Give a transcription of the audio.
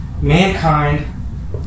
mankind